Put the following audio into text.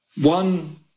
one